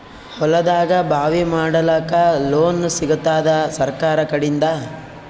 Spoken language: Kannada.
ಹೊಲದಾಗಬಾವಿ ಮಾಡಲಾಕ ಲೋನ್ ಸಿಗತ್ತಾದ ಸರ್ಕಾರಕಡಿಂದ?